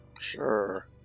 Sure